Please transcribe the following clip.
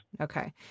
Okay